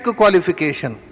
qualification